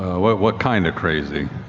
what what kind of crazy,